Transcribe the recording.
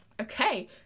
okay